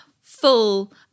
full